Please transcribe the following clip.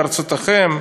עוד פעם,